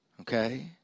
okay